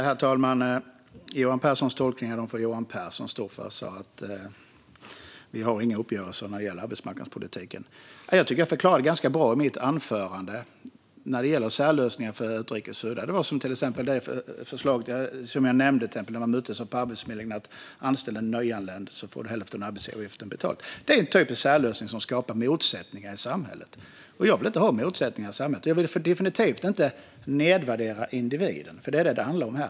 Herr talman! Johan Pehrsons tolkningar får Johan Pehrson stå för. Vi har inga uppgörelser när det gäller arbetsmarknadspolitiken. Jag tycker att jag förklarade det ganska bra i mitt anförande när det gäller särlösningar för utrikes födda. Det är som i förslaget som jag nämnde att man möttes av på Arbetsförmedlingen: Anställ en nyanländ och få hälften av arbetsgivaravgiften betald! Det är en typisk särlösning som skapar motsättningar i samhället, och jag vill inte ha motsättningar i samhället. Jag vill definitivt inte nedvärdera individen, och det är var det handlar om här.